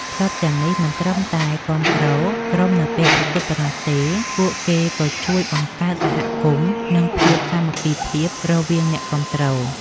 ក្លឹបទាំងនេះមិនត្រឹមតែគាំទ្រក្រុមនៅពេលប្រកួតប៉ុណ្ណោះទេ ពួកគេក៏ជួយបង្កើតសហគមន៍ និងភាពសាមគ្គីភាពរវាងអ្នកគាំទ្រ។